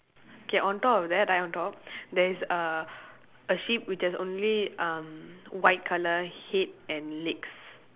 K on top of that like on top there is uh a sheep which has only um white colour head and legs